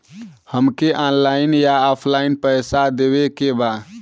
हमके ऑनलाइन या ऑफलाइन पैसा देवे के बा?